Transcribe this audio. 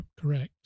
correct